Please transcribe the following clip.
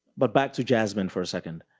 but back to jasmine for a second.